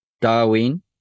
Darwin